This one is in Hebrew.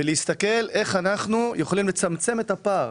ולהסתכל איך אנחנו יכולים לצמצם את הפער